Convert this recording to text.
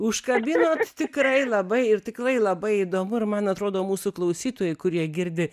užkabinot tikrai labai ir tikrai labai įdomu ir man atrodo mūsų klausytojai kurie girdi